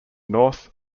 north